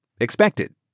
expected